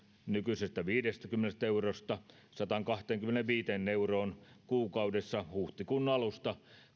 nykyisestä viidestäkymmenestä eurosta sataankahteenkymmeneenviiteen euroon kuukaudessa huhtikuun kaksituhattakaksikymmentä alusta